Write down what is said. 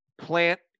plant